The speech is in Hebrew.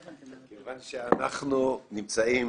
עמוסה ואנחנו צריכים